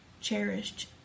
cherished